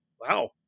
Wow